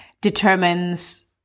determines